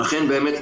לכן באמת,